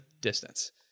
distance